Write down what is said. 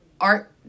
art